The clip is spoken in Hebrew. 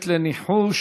מיקי לוי,